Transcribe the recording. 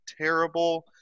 terrible